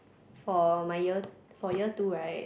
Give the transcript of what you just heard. for my year for year two right